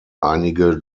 einige